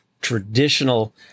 traditional